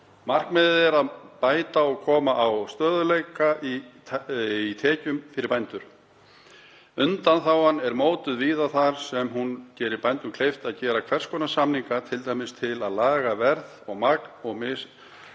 Markmiðið er að bæta og koma á stöðugleika í tekjum fyrir bændur. Undanþágan er mótuð víða þar sem hún gerir bændum kleift að gera hvers konar samninga, t.d. til að laga verð og magn, sem